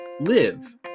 live